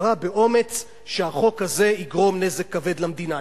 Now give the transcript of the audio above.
שהחוק הזה יגרום נזק כבד למדינה.